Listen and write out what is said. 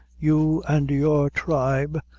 you and your tribe,